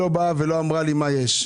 לא אמרה לי מה יש.